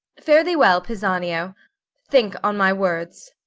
fare thee well, pisanio think on my words.